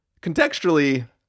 contextually